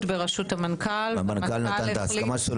המנכ"ל נתן הסכמתו